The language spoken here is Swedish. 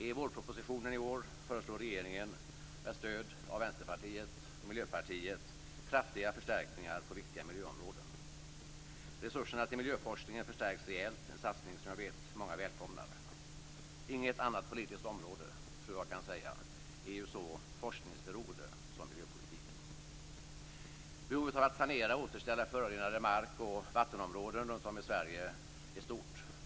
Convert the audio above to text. I vårpropositionen i år föreslår regeringen, med stöd av Vänsterpartiet och Miljöpartiet, kraftiga förstärkningar på viktiga miljöområden. Resurserna till miljöforskningen förstärks rejält, en satsning som jag vet många välkomnar. Inget annat politiskt område, tror jag att man kan säga, är så forskningsberoende som miljöpolitiken. Behovet av att sanera och återställa förorenade mark och vattenområden runtom i Sverige är mycket stort.